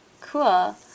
Cool